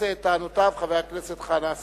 ומרצה את טענותיו חבר הכנסת חנא סוייד.